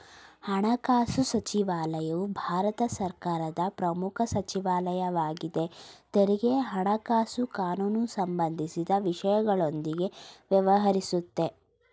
ಹಣಕಾಸು ಸಚಿವಾಲಯವು ಭಾರತ ಸರ್ಕಾರದ ಪ್ರಮುಖ ಸಚಿವಾಲಯವಾಗಿದೆ ತೆರಿಗೆ ಹಣಕಾಸು ಕಾನೂನು ಸಂಬಂಧಿಸಿದ ವಿಷಯಗಳೊಂದಿಗೆ ವ್ಯವಹರಿಸುತ್ತೆ